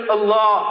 Allah